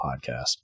podcast